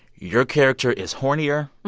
your character is hornier.